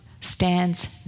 stands